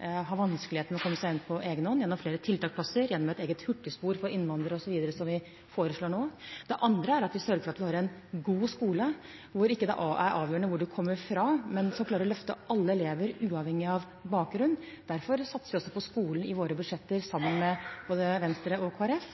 har vanskeligheter med å komme seg inn på egen hånd, gjennom flere tiltaksplasser, gjennom et eget hurtigspor for innvandrere osv., slik vi foreslår nå. Det andre er at vi sørger for at vi har en god skole hvor det ikke er avgjørende hvor en kommer fra, men som klarer å løfte alle elever uavhengig av bakgrunn. Derfor satser vi også på skolen i våre budsjetter, sammen med både Venstre og Kristelig Folkeparti.